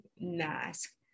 mask